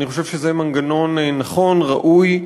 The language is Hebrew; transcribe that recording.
אני חושב שזה מנגנון נכון, ראוי,